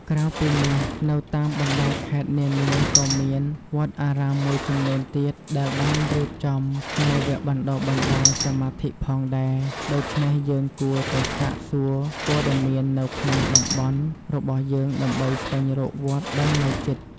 ក្រៅពីនេះ នៅតាមបណ្តាខេត្តនានាក៏មាន វត្តអារាមមួយចំនួនទៀត ដែលបានរៀបចំនូវវគ្គបណ្តុះបណ្តាលសមាធិផងដែរ ដូច្នេះយើងគួរតែសាកសួរព័ត៌មាននៅក្នុងតំបន់របស់យើងដើម្បីស្វែងរកវត្តដែលនៅជិត។